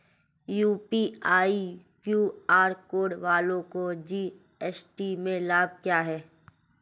UPI QR code वालों को GST में लाभ क्या है?